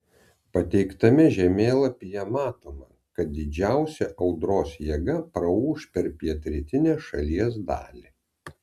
pateiktame žemėlapyje matoma kad didžiausia audros jėga praūš per pietrytinę šalies dalį